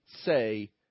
say